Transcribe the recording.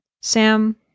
Sam